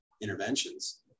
interventions